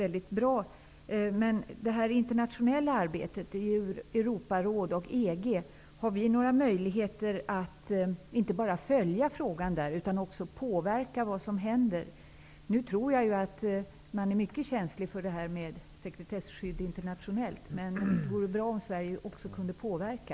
När det gäller det internationella arbetet i Europarådet och EG vill jag fråga: Har vi några möjligheter att inte bara följa frågan utan också påverka vad som händer? Nu tror jag att man internationellt är mycket känslig för detta med sekretesskydd. Men det vore bra om Sverige också kunde påverka.